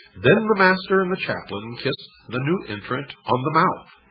then the master and the chaplain and kissed the new entrant on the mouth.